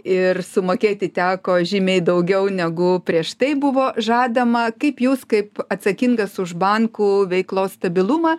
ir sumokėti teko žymiai daugiau negu prieš tai buvo žadama kaip jūs kaip atsakingas už bankų veiklos stabilumą